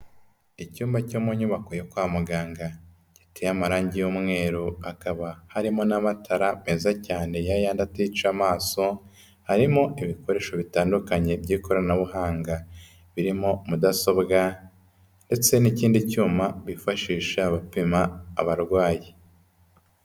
Icyumba cyo mu nyubako yo kwa muganga, giteye amarange y'umweru, akaba harimo n'amatara meza cyane, yayandi atica amaso, harimo ibikoresho bitandukanye by'ikoranabuhanga. Birimo mudasobwa ndetse n'ikindi cyuma bifashisha bapima abarwayi.